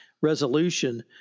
resolution